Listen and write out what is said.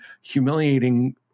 humiliating